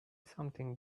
something